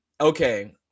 Okay